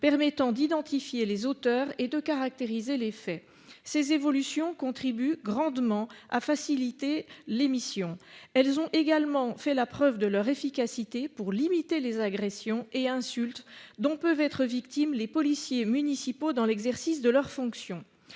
permettant d'identifier les auteurs et de caractériser les faits ces évolutions contribuent grandement à faciliter l'émission elles ont également fait la preuve de leur efficacité pour limiter les agressions et insultes dont peuvent être victimes les policiers municipaux dans l'exercice de leurs fonctions